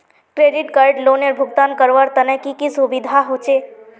Credit card लोनेर भुगतान करवार तने की की सुविधा होचे??